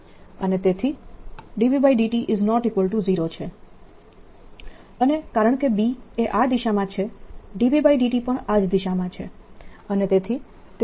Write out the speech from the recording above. અને તેથી B∂t0 છે અને કારણકે B એ આ દિશામાં છે B∂t પણ આ જ દિશામાં છે